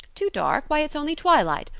too dark? why, it's only twilight.